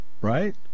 right